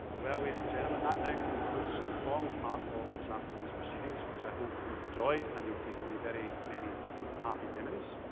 well, ladies and gentlemen, that now concludes the formal part of this afternoon's proceedings which i hope you've enjoyed and you'll take away very many happy memories.